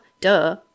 duh